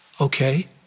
Okay